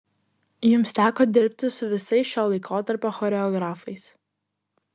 jums teko dirbti su visais šio laikotarpio choreografais